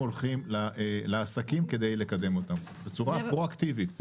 הולכים לעסקים כדי לקדם בצורה פרואקטיבית.